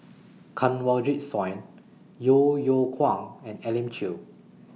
Kanwaljit Soin Yeo Yeow Kwang and Elim Chew